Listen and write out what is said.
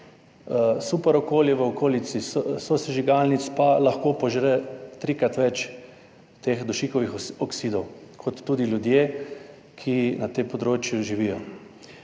super okolje, v okolici sosežigalnic pa lahko požre trikrat več teh dušikovih oksidov, kot tudi ljudje, ki na tem področju živijo.